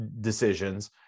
decisions